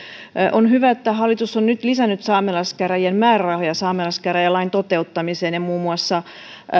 on hyvä että hallitus on nyt lisännyt saamelaiskäräjien määrärahoja saamelaiskäräjälain toteuttamiseen ja muun muassa